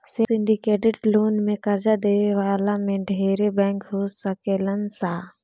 syndicated loan में कर्जा देवे वाला में ढेरे बैंक हो सकेलन सा